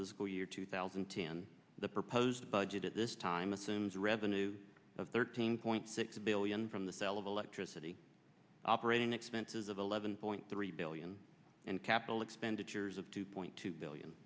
and ten the proposed budget at this time assumes revenue of thirteen point six billion from the sale of electricity operating expenses of eleven point three billion and capital expenditures of two point two billion